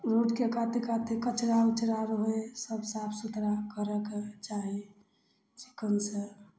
रोडके काते काते कचड़ा उचड़ा रहै है सभ साफ सुथरा करऽके चाही चिकन से